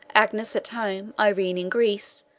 agnes at home, irene in greece,